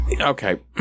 Okay